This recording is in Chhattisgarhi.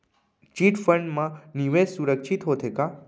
चिट फंड मा निवेश सुरक्षित होथे का?